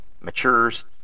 matures